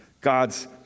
God's